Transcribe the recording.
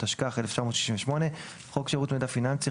התשכ"ח 1968; "חוק שירות מידע פיננסי"